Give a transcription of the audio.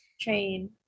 train